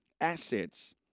assets